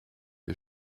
wir